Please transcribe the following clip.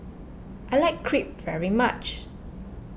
I like Crepe very much